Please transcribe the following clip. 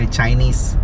Chinese